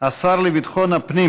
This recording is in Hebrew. השר לביטחון הפנים